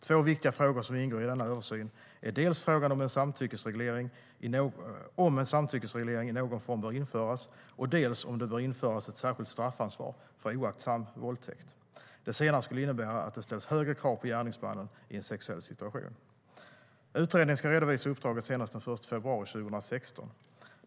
Två viktiga frågor som ingår i översynen är dels frågan om en samtyckesreglering i någon form bör införas, dels frågan om det bör införas ett särskilt straffansvar för oaktsam våldtäkt. Det senare skulle innebära att det ställs högre krav på gärningsmannen i en sexuell situation. Utredningen ska redovisa uppdraget senast den 1 februari 2016.